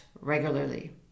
regularly